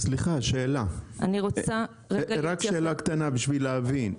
סליחה, רק שאלה קטנה בשביל להבין: